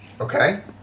Okay